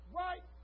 right